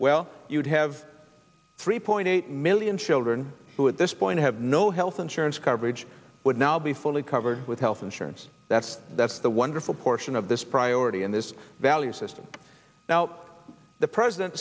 well you'd have three point eight million children who at this point have no health insurance coverage would now be fully covered with health insurance that's that's the wonderful portion of this priority in this value system now the president